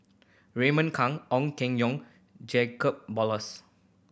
Raymond Kang Ong Keng Yong Jacob Ballas